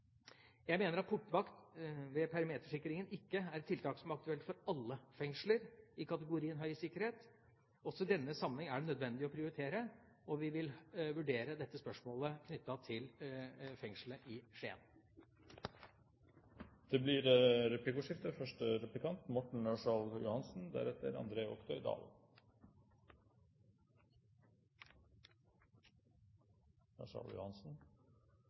Jeg mener at portvakt ved perimetersikringen ikke er tiltak som er aktuelt for alle fengsler i kategorien høy sikkerhet. Også i denne sammenheng er det nødvendig å prioritere, og vi vil vurdere dette spørsmålet knyttet til fengselet i Skien. Det blir replikkordskifte.